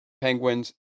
penguins